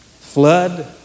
flood